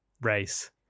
race